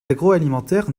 agroalimentaire